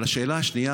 אבל השאלה השנייה,